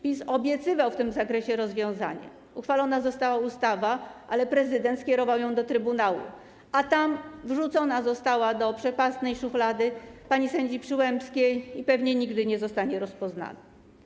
PiS obiecywał w tym zakresie rozwiązanie, uchwalona została ustawa, ale prezydent skierował ją do Trybunału, a tam wrzucona została do przepastnej szuflady pani sędzi Przyłębskiej i pewnie nigdy nie zostanie rozpoznana.